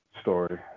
story